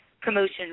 promotion